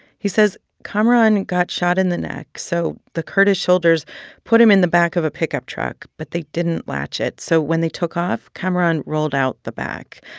he says kamaran got shot in the neck, so the kurdish soldiers put him in the back of a pickup truck, but they didn't latch it. so when they took off, kamaran rolled out the back.